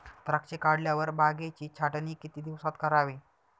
द्राक्षे काढल्यावर बागेची छाटणी किती दिवसात करावी?